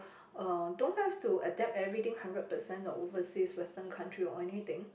uh don't have to adapt everything hundred percent of overseas western country or anything